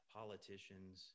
politicians